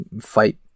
fight